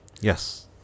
Yes